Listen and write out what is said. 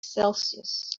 celsius